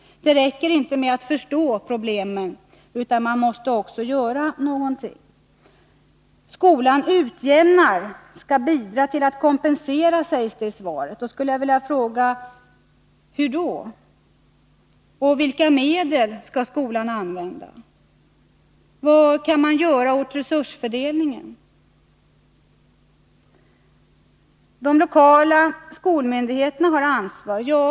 Det räcker inte med att förstå problemen — man måste också göra någonting. Skolan utjämnar, och skolan skall bidra till att kompensera de olikheter i sociala och ekonomiska förutsättningar som finns mellan olika elever, sägs det i svaret. Hur då? Vilka medel skall skolan använda? Vad kan man göra åt resursfördelningen? De lokala skolmyndigheterna har ett ansvar, sägs det vidare i svaret.